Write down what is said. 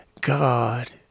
god